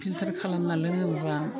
filter खालामना लोङोब्ला